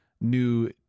new